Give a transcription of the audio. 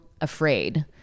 afraid